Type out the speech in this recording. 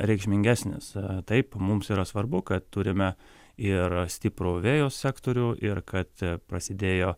reikšmingesnis taip mums yra svarbu kad turime ir stiprų vėjo sektorių ir kad prasidėjo